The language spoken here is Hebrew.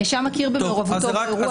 הנאשם מכיר במעורבותו באירוע.